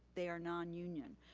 they are non-union.